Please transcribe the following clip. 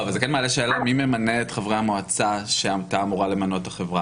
אבל זה כן מעלה שאלה מי ממנה את חברי המועצה שהייתה אמורה למנות החברה.